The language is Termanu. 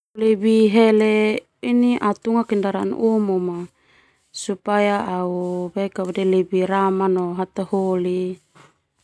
Hele au tunga kendaraan umum supaya au lebih ramah no hataholi.